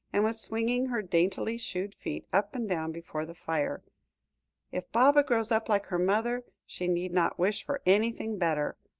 and was swinging her daintily-shod feet up and down before the fire if baba grows up like her mother, she need not wish for anything better.